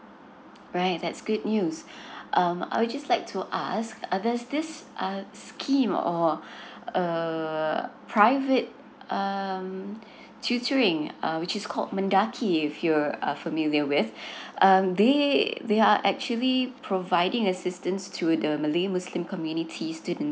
right that's great news um I would just like to ask there's this uh scheme or err private um tutoring uh which is called mendaki if you're uh familiar with um they they are actually providing assistance to the malay muslim community student